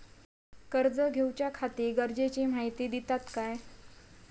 कर्ज घेऊच्याखाती गरजेची माहिती दितात काय?